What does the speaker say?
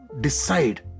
decide